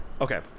Okay